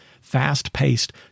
fast-paced